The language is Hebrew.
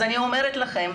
אני אומרת לכם,